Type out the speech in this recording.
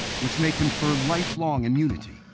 which may confer lifelong immunity?